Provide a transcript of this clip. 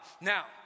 Now